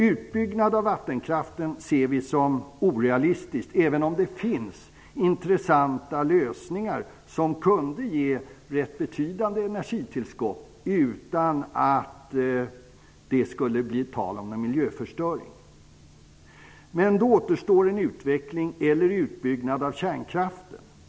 Utbyggnaden av vattenkraften ser vi som orealistisk, även om det finns intressanta lösningar som skulle kunna ge betydande energitillskott utan att det skulle bli tal om någon miljöförstöring. Då återstår en utveckling eller utbyggnad av kärnkraften.